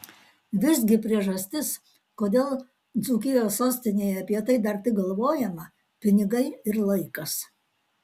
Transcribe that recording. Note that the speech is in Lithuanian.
visgi priežastis kodėl dzūkijos sostinėje apie tai dar tik galvojama pinigai ir laikas